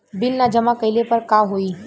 Bill न जमा कइले पर का होई?